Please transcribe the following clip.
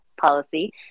policy